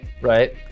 Right